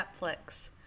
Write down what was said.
Netflix